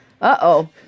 Uh-oh